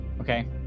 Okay